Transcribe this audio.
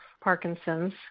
Parkinson's